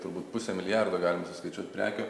turbūt pusę milijardo galima suskaičiuot prekių